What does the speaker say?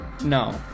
No